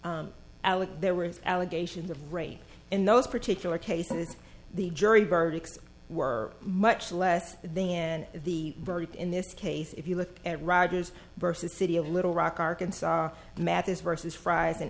alec there were allegations of rape in those particular cases the jury verdicts were much less then the verdict in this case if you look at roger's versus city of little rock arkansas mathis versus fries and